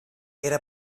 era